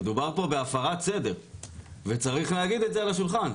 מדובר פה בהפרת סדר וצריך להגיד את זה על השולחן,